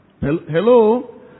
Hello